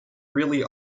really